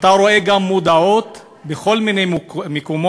אתה רואה גם מודעות בכל מיני מקומות,